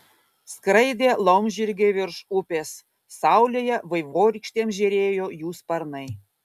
skraidė laumžirgiai virš upės saulėje vaivorykštėm žėrėjo jų sparnai